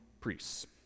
priests